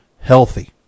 healthy